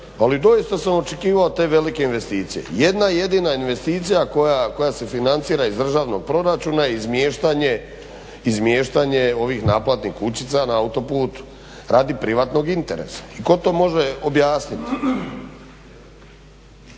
ali doista sam očekivao te velike investicije. Jedna jedina investicija koja se financira iz državnog proračuna izmiještanje ovih naplatnih kućica na autoputu radi privatnog interesa i tko to može objasniti.